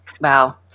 wow